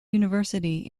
university